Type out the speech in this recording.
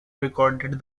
recorded